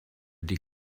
die